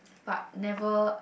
but never